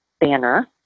Banner